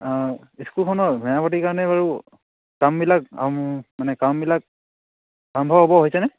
স্কুলখনৰ মেৰামতিৰ কাৰণে বাৰু কামবিলাক মানে কামবিলাক আৰম্ভ হ'ব হৈছেনে